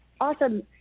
awesome